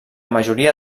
majoria